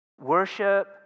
Worship